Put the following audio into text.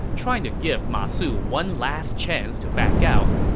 trying to give ma su one last chance to back out,